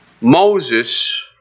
Moses